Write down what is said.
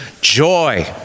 joy